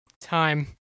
time